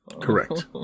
Correct